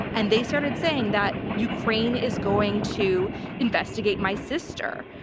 and they started saying that ukraine is going to investigate my sister.